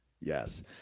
Yes